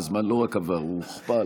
הזמן לא רק עבר, הוא הוכפל.